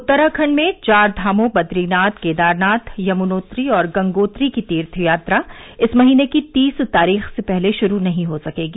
उत्तराखण्ड में चारधामों बद्रीनाथ केदारनाथ यमुनोत्री और गंगोत्री की तीर्थयात्रा इस महीने की तीस तारीख से पहले शुरू नहीं हो सकेगी